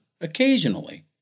occasionally